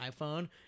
iPhone